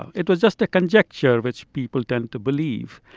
ah it was just a conjecture which people tend to believe.